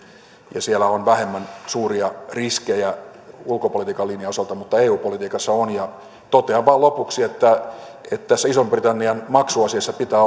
ja on vähemmän suuria riskejä ulkopolitiikan linjan osalta mutta eu politiikassa on ja totean vain lopuksi että tässä ison britannian maksuasiassa pitää